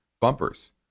bumpers